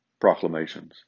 proclamations